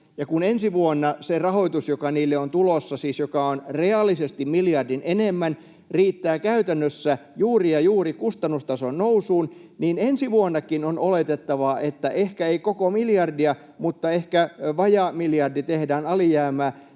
kun ensi vuonna se rahoitus, joka niille on tulossa, siis joka on reaalisesti miljardin enemmän, riittää käytännössä juuri ja juuri kustannustason nousuun, niin ensi vuonnakin on oletettavaa, että ehkä ei koko miljardia mutta ehkä vajaa miljardi tehdään alijäämää.